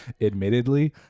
admittedly